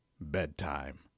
Bedtime